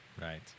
Right